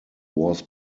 was